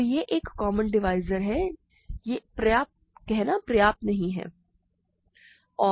तो यह एक कॉमन डिवाइज़र है यह कहना पर्याप्त नहीं है